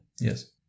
Yes